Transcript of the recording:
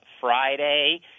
Friday